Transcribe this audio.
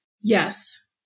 Yes